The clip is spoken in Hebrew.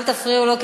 אל תפריעו לו,